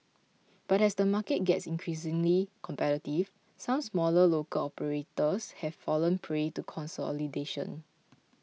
but as the market gets increasingly competitive some smaller local operators have fallen prey to consolidation